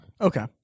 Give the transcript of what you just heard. Okay